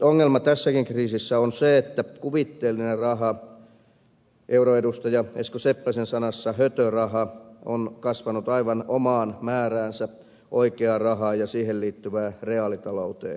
perusongelma tässäkin kriisissä on se että kuvitteellinen raha euroedustaja esko seppäsen sanoin hötöraha on kasvanut aivan omaan määräänsä oikeaan rahaan ja siihen liittyvään reaalitalouteen nähden